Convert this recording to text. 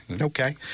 Okay